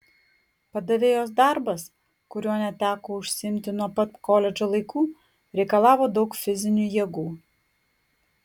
padavėjos darbas kuriuo neteko užsiimti nuo pat koledžo laikų reikalavo daug fizinių jėgų